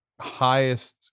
highest